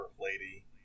lady